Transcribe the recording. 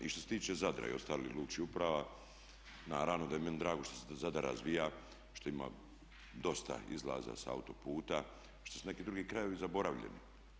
I što se tiče Zadra i ostalih lučkih uprava naravno da je meni drago što se Zadar razvija, što ima dosta izlaza sa autoputa, šta su neki drugi krajevi zaboravljeni.